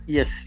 Yes